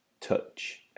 touch